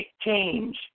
change